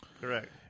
Correct